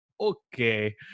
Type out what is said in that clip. okay